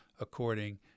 according